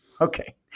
Okay